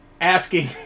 asking